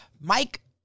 Mike